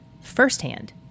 firsthand